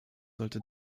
sollte